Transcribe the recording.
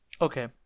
Okay